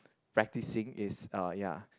practising is uh ya